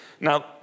Now